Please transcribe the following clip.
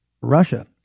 Russia